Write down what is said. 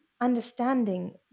understanding